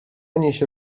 niesie